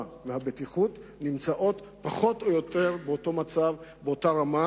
והבטיחות נמצאות פחות או יותר באותה רמה,